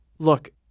Look